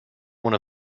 one